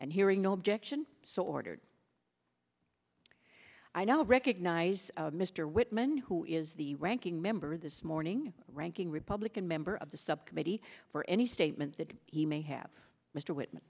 and hearing no objection so ordered i now recognize mr whitman who is the ranking member this morning ranking republican member of the subcommittee for any statement that he may have mr whitman